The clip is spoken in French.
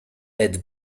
aide